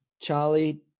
Charlie